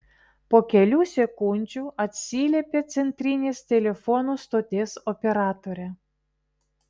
po kelių sekundžių atsiliepė centrinės telefonų stoties operatorė